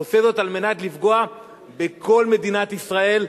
עושה זאת כדי לפגוע בכל מדינת ישראל,